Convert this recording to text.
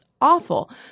awful